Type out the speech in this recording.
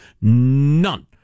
None